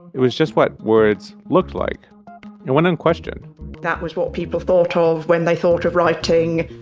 it was just what words looked like and went unquestioned that was what people thought ah of when they thought of writing,